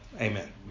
Amen